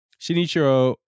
Shinichiro